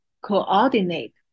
coordinate